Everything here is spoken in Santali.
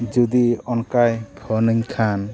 ᱡᱩᱫᱤ ᱚᱱᱠᱟᱭ ᱟᱹᱧ ᱠᱷᱟᱱ